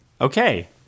Okay